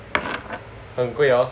then 很贵 orh